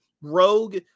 Rogue